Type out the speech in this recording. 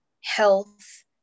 health